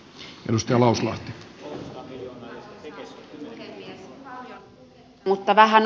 on paljon puhetta mutta vähän onnistuneita tekoja